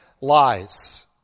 lies